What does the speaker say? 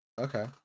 Okay